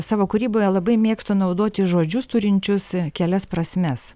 savo kūryboje labai mėgstu naudoti žodžius turinčius kelias prasmes